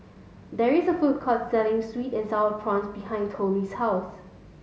there is a food court selling sweet and sour prawns behind Tollie's house